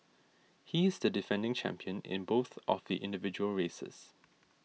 he is the defending champion in both of the individual races